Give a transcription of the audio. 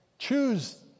Choose